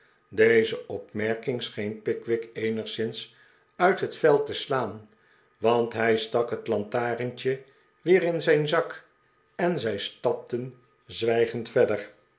deze opmerking scheen pickwick eeriigszins uit het veld te slaan want hij stak het lantarentje weer in zijn zak en zij stapten zwijgend verder